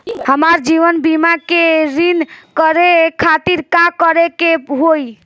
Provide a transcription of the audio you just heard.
हमार जीवन बीमा के रिन्यू करे खातिर का करे के होई?